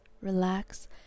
relax